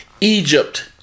Egypt